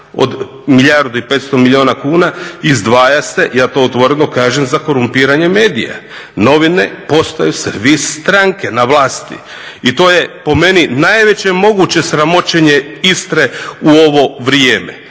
od milijardu i 500 milijuna kuna izdvaja se, ja to otvoreno kažem, za korumpiranje medija. Novine postaju servis stranke na vlasti. I to je, po meni, najveće moguće sramoćenje Istre u ovo vrijeme.